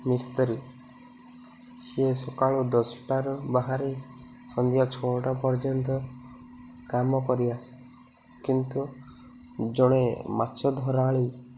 ମିସ୍ତ୍ରୀ ସିଏ ସକାଳୁ ଦଶଟାରୁ ବାହାରେ ସନ୍ଧ୍ୟା ଛଅଟା ପର୍ଯ୍ୟନ୍ତ କାମ କରି ଆସେ କିନ୍ତୁ ଜଣେ ମାଛ ଧରାଳି